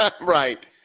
Right